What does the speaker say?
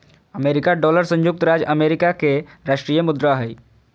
America dollar संयुक्त राज्य America के राष्ट्रीय मुद्रा हइ